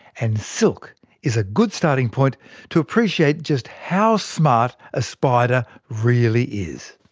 and silk is a good starting point to appreciate just how smart a spider really is.